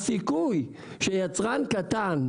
הסיכוי שייצרן קטן,